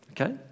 Okay